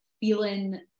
feeling